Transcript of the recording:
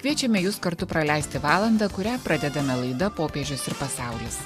kviečiame jus kartu praleisti valandą kurią pradedame laida popiežius ir pasaulis